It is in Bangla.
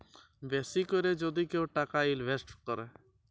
বেশি ক্যরে যদি কেউ টাকা ইলভেস্ট ক্যরে